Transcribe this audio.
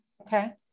Okay